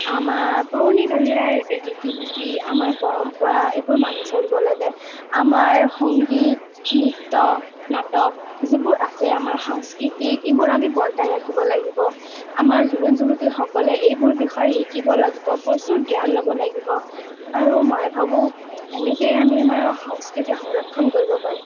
আমাৰ পুৰণিকলীয়া ৰীতি নীতি আমাৰ পৰম্পৰা এইবোৰ মানি চলিব লাগে আমাৰ সংগীত নৃত্য নাটক যিবোৰ আছে আমাৰ সাংস্কৃতিক এইবোৰ আমি বৰ্তাই ৰাখিব লাগিব আমাৰ যুৱক যুৱতীসকলে এইবোৰ বিষয় শিকিব লাগিব প্ৰচুৰ জ্ঞান ল'ব লাগিব আৰু মই ভাবোঁ এনেকৈয়ে আমি আমাৰ সংস্কৃতি সংৰক্ষণ কৰিব পাৰিম